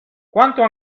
quanto